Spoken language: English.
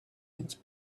its